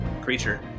creature